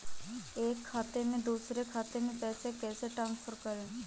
एक खाते से दूसरे खाते में पैसे कैसे ट्रांसफर करें?